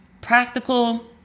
practical